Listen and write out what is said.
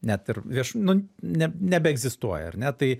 net ir vieš nu neb nebeegzistuoja ar ne tai